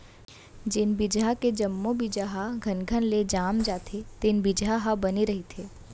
जेन बिजहा के जम्मो बीजा ह घनघन ले जाम जाथे तेन बिजहा ह बने रहिथे